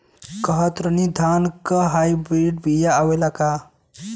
कतरनी धान क hybrid बिया आवेला का?